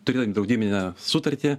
turint draudiminę sutartį